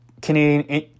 Canadian